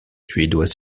suédois